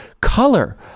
color